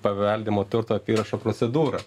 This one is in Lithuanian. paveldimo turto apyrašą procedūrą